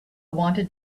wanted